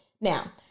Now